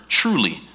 truly